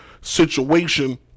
situation